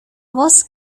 voz